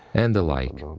and the like,